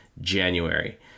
January